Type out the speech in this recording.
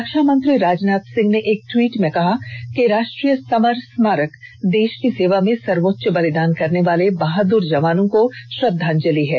रक्षामंत्री राजनाथ सिंह ने एक ट्वीट में कहा है कि राष्ट्रीय समर स्मारक देश की सेवा में सर्वोच्च बलिदान करने वाले बहादुर जवानों को श्रद्वांजलि है